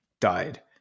died